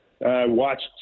Watched